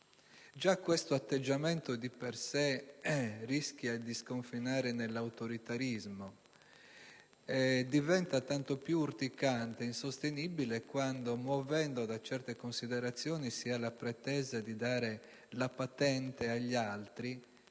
Già questo atteggiamento di per sé rischia di sconfinare nell'autoritarismo e diventa tanto più urticante ed insostenibile quando, muovendo da certe considerazioni, si ha la pretesa di dare la patente agli altri,